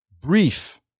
brief